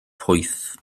pwyth